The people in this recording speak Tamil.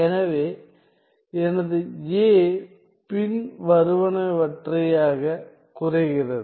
எனவே எனது A பின்வருவனவற்றையாகக் குறைகிறது